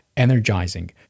energizing